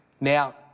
Now